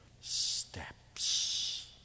steps